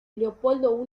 leopoldo